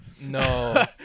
No